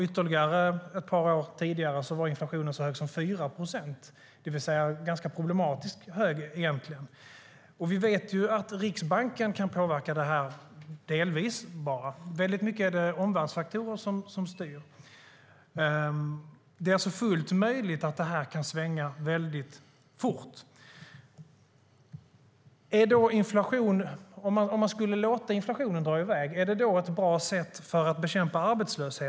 Ytterligare ett par år tidigare var inflationen så hög som 4 procent, det vill säga ganska problematiskt hög. Vi vet att Riksbanken bara delvis kan påverka detta. Mycket är det omvärldsfaktorer som styr. Det är alltså fullt möjligt att detta kan svänga fort. Att låta inflationen dra i väg, är det ett bra sätt för att bekämpa arbetslöshet?